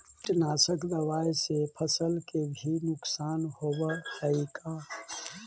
कीटनाशक दबाइ से फसल के भी नुकसान होब हई का?